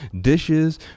dishes